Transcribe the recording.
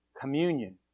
Communion